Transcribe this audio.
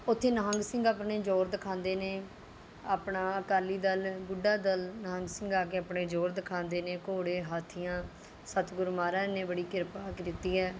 ਉੱਥੇ ਨਿਹੰਗ ਸਿੰਘ ਆਪਣੇ ਜੌਹਰ ਦਿਖਾਉਂਦੇ ਨੇ ਆਪਣਾ ਅਕਾਲੀ ਦਲ ਬੁੱਢਾ ਦਲ ਨਿਹੰਗ ਸਿੰਘ ਆ ਕੇ ਆਪਣੇ ਜੌਹਰ ਦਿਖਾਉਂਦੇ ਨੇ ਘੋੜੇ ਹਾਥੀਆਂ ਸਤਿਗੁਰੂ ਮਹਾਰਾਜ ਨੇ ਬੜੀ ਕਿਰਪਾ ਕੀਤੀ ਹੈ